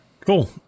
cool